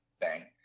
Bang